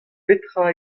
petra